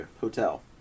Hotel